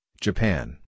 Japan